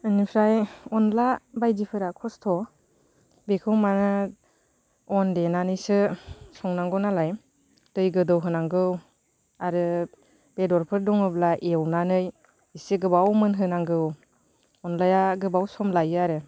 बेनिफ्राय अनला बायदिफोरा खस्थ' बेखौ माने अन देनानैसो संनांगौ नालाय दै गोदौ होनांगौ आरो बेदरफोर दङब्ला एवनानै एसे गोबाव मोनहोनांगौ अनलाया गोबाव सम लायो आरो